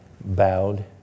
bowed